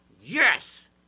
Yes